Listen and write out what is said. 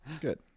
Good